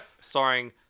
Starring